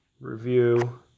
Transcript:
review